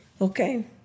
Okay